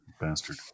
bastard